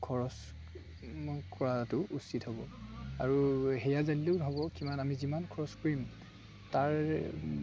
খৰচ কৰাটো উচিত হ'ব আৰু সেয়া জানিলেও নহ'ব কিমান আমি যিমান খৰচ কৰিম তাৰ